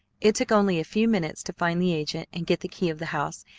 it took only a few minutes to find the agent and get the key of the house,